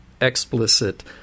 explicit